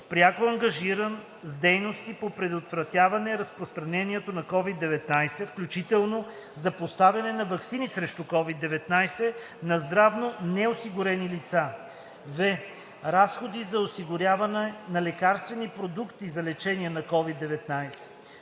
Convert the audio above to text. пряко ангажиран с дейности по предотвратяване разпространението на COVID-19, включително за поставяне на ваксини срещу COVID-19 на здравно неосигурени лица; в) разходи за осигуряване на лекарствени продукти за лечение на COVID-19;